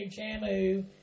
Shamu